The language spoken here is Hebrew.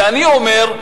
ואני אומר,